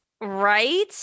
Right